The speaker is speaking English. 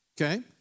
Okay